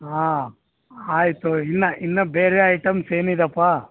ಹಾಂ ಆಯಿತು ಇಲ್ಲ ಇನ್ನೂ ಬೇರೆ ಐಟಮ್ಸ್ ಏನಿದೆಪ್ಪ